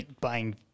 buying